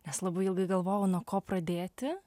nes labai ilgai galvojau nuo ko pradėti